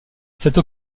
cette